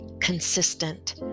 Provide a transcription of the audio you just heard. consistent